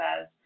says